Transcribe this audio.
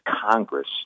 Congress